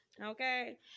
Okay